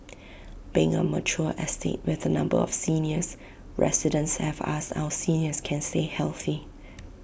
being A mature estate with A number of seniors residents have asked how seniors can see healthy